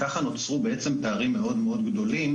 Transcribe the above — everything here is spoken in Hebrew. אבל ככה נוצרו בעצם פערים מאוד גדולים